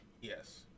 Yes